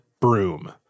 broom